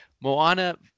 moana